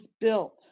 built